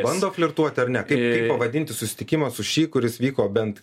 bando flirtuoti ar ne kaip pavadinti susitikimą su ši kuris vyko bent